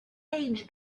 age